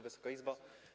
Wysoka Izbo!